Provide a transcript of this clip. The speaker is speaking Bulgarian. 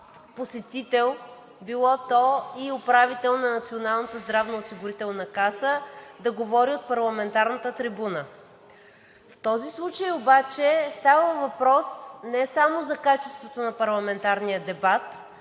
посетител, било то и управител на Националната здравноосигурителна каса да говори от парламентарната трибуна. В този случай обаче става въпрос не само за качеството на парламентарния дебат,